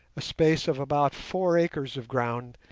a space of about four acres of ground